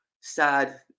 sad